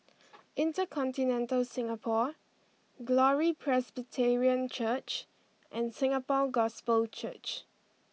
InterContinental Singapore Glory Presbyterian Church and Singapore Gospel Church